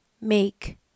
make